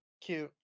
Cute